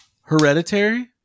Hereditary